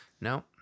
No